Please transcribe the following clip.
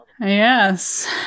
Yes